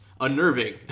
Unnerving